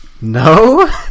no